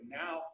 now